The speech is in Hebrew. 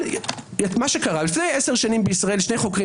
אבל לפני 10 שנים בישראל שני חוקרים